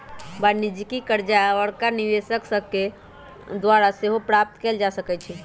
वाणिज्यिक करजा बड़का निवेशक सभके द्वारा सेहो प्राप्त कयल जा सकै छइ